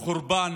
חורבן